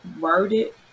worded